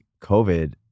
COVID